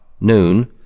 noon